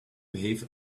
behave